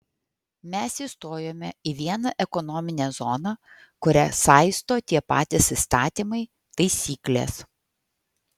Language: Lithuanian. mes įstojome į vieną ekonominę zoną kurią saisto tie patys įstatymai taisyklės